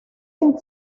sin